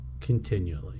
continually